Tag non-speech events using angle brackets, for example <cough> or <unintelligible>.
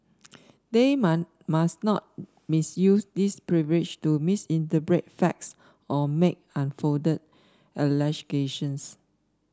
they <unintelligible> must not misuse this privilege to misrepresent facts or make unfounded allegations